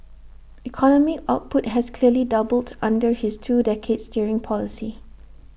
economic output has nearly doubled under his two decades steering policy